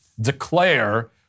declare